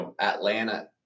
Atlanta –